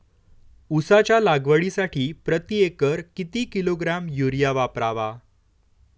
उसाच्या लागवडीसाठी प्रति एकर किती किलोग्रॅम युरिया वापरावा?